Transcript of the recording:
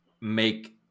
make